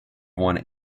won